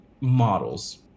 models